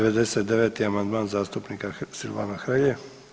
99. amandman zastupnika Silvana Hrelje.